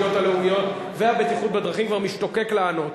התשתיות הלאומיות והבטיחות בדרכים כבר משתוקק לענות.